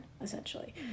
essentially